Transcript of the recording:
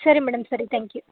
ಸರಿ ಮೇಡಮ್ ಸರಿ thank you